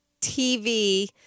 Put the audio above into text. TV